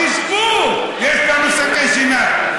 תשבו, יש לנו שקי שינה.